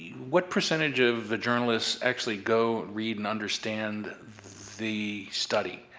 what percentage of the journalists actually go, read, and understand the study?